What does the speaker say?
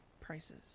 prices